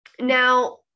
Now